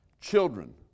Children